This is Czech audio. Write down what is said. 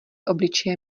obličeje